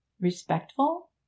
respectful